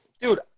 Dude